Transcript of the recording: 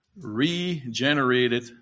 regenerated